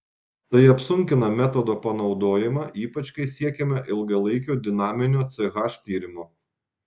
tai apsunkina metodo panaudojimą ypač kai siekiama ilgalaikio dinaminio ch tyrimo